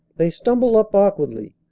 they stumble up awkwardly,